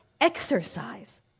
exercise